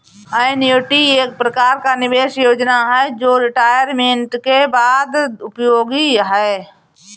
annuity एक प्रकार का निवेश योजना है जो रिटायरमेंट के बाद उपयोगी है